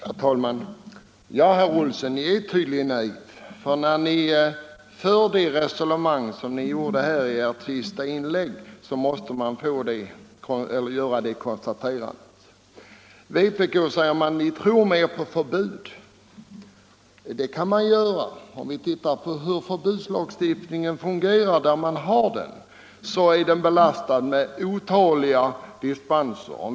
Herr talman! Ja, herr Olsson i Stockholm, ni är tydligen naiv. När jag hör det resonemang som ni gjorde i ert senaste inlägg måste jag göra det konstaterandet. Vpk tror mer på förbud, säger ni. Det kan man göra, men om vi tittar på hur förbudslagstiftningen fungerar på de områden där vi har en sådan, finner vi att det förekommer otaliga dispenser.